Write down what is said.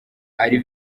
ari